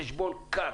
חשבון קר